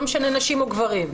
לא משנה נשים או גברים.